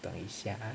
等一下